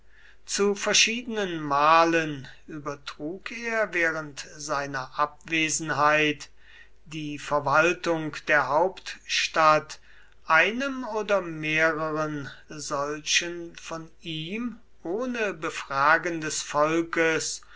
zu verschiedenen malen übertrug er während seiner abwesenheit die verwaltung der hauptstadt einem oder mehreren solchen von ihm ohne befragen des volkes